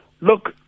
Look